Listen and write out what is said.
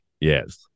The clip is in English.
yes